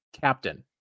captain